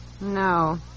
No